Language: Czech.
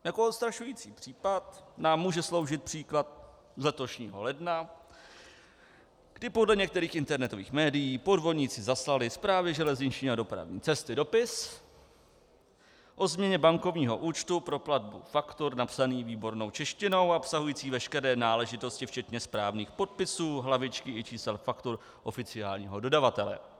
Jako odstrašující příklad nám může sloužit případ z letošního ledna, kdy podle některých internetových médií podvodníci zaslali Správě železniční a dopravní cesty dopis o změně bankovního účtu pro platbu faktur napsaný výbornou češtinou a obsahující veškeré náležitosti včetně správných podpisů, hlavičky i čísel faktur oficiálního dodavatele.